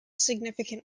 significant